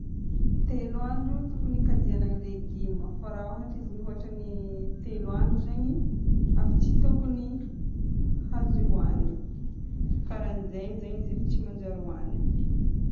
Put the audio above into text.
Telo andro tokony hikajiagna ny légume fa raha ôhatra izy mihoatra ny telo andro zegny efa tsy tokony azo hohanigny. Karaha an'izegny zegny izy efa tsy manjary hohanigny.